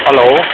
hello